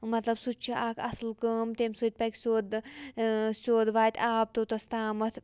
مطلب سُہ تہِ چھُ اکھ اصل کٲم تَمہِ سۭتۍ پکہِ سیوٚد سیوٚد واتہِ آب توٚتَس تامَتھ